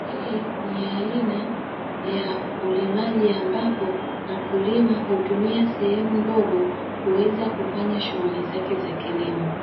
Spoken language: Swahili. Hii ni aina ya ulimaji ambapo mkulima hutumia sehemu ndogo kuweza kufanya shughuli zake za kilimo,